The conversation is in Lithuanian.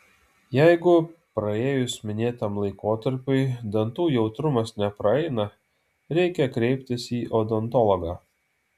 jeigu praėjus minėtam laikotarpiui dantų jautrumas nepraeina reikia kreiptis į odontologą